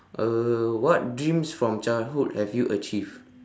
uh what dreams from childhood have you achieved